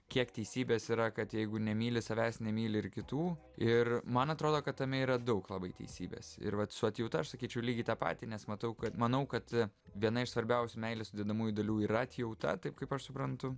kiek teisybės yra kad jeigu nemyli savęs nemyli ir kitų ir man atrodo kad tame yra daug labai teisybės ir vat su atjauta aš sakyčiau lygiai tą patį nes matau kad manau kad viena iš svarbiausių meilės sudedamųjų dalių yra atjauta taip kaip aš suprantu